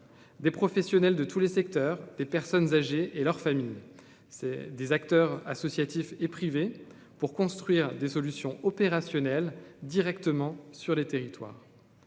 des professionnels de tous les secteurs, des personnes âgées et leur famille, c'est des acteurs associatifs et privés pour construire des solutions opérationnelles directement sur les territoires.